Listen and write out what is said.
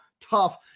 tough